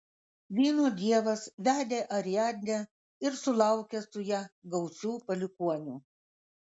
vyno dievas vedė ariadnę ir sulaukė su ja gausių palikuonių